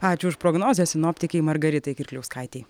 ačiū už prognozę sinoptikei margaritai kirkliauskaitei